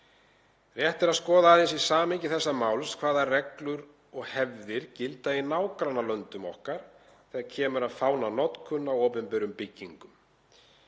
Rétt er að skoða aðeins í samhengi þessa máls hvaða reglur og hefðir gilda í nágrannalöndum okkar þegar kemur að fánanotkun á opinberum byggingum.